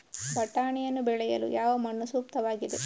ಬಟಾಣಿಯನ್ನು ಬೆಳೆಯಲು ಯಾವ ಮಣ್ಣು ಸೂಕ್ತವಾಗಿದೆ?